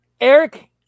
Eric